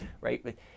right